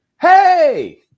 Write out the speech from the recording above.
hey